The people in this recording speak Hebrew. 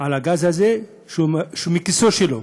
על הגז הזה, מכיסו שלו.